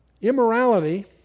Immorality